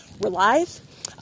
relies